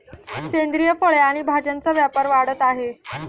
सेंद्रिय फळे आणि भाज्यांचा व्यापार वाढत आहे